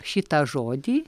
šitą žodį